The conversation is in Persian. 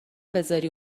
بزاری